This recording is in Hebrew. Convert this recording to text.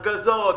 הפגזות,